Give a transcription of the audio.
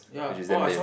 which is damn lame